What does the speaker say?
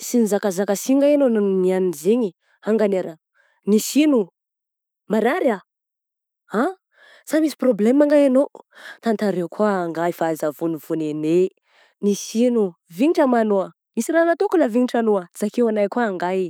Sy nizakazaka si anga anao niany zegny eh, angany raha nisy ino? Marary ah? Ah sa misy problème nga anao? Tantarao koa angahy fa aza vonivonegna eh, nisy ino? Vinitra ma anao ah? Nisy raha nataoko nahavinitra anao? Zakay anay koa angahy eh!